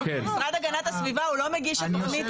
משרד הגנת הסביבה הוא לא מגיש התוכנית